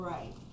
Right